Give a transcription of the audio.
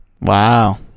wow